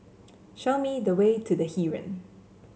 show me the way to The Heeren